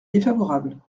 défavorable